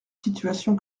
situation